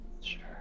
Sure